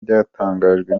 byatangajwe